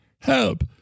Help